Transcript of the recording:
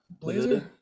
blazer